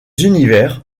univers